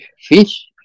fish